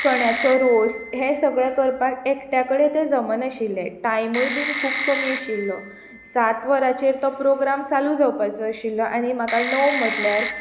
चण्याचो रोस हें सगलें करपाक एकट्याकडेन तें जमनाशिल्लें टायमुय बीन खूब कमी आशिल्लो सात वरांचेर तो प्रोग्राम चालू जावपाचो आशिल्लो आनी म्हाका णव म्हटल्यार